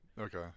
Okay